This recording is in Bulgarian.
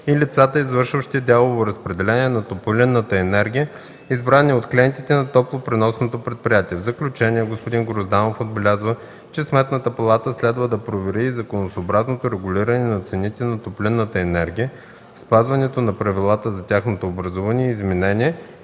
и лицата, извършващи дялово разпределение на топлинната енергия, избрани от клиентите на топло-преносното предприятие. В заключение г-н Грозданов отбеляза, че Сметната палата следва да провери и законосъобразното регулиране на цените на топлинната енергия, спазването на правилата за тяхното образуване и изменение,